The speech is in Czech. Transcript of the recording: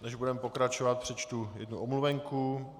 Než budeme pokračovat, přečtu jednu omluvenku.